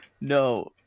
No